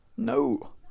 No